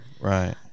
right